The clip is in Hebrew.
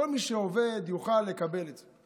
כל מי שעובד יוכל לקבל את זה,